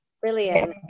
brilliant